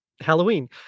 Halloween